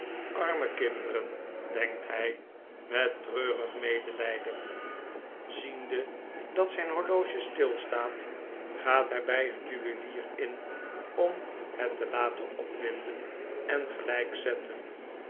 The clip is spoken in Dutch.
arme kinderen denkt hij met treurig medelijden ziende dat zijn horloge stil staat gaat hij bij een juwelier in om het te laten opwinden en